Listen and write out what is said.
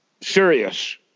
serious